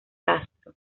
castro